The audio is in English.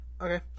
okay